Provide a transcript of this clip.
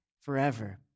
forever